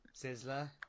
Sizzler